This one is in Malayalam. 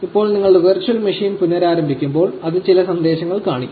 ഇപ്പോൾ നിങ്ങളുടെ വെർച്വൽ മെഷീൻ പുനരാരംഭിക്കുമ്പോൾ അത് ചില സന്ദേശങ്ങൾ കാണിക്കും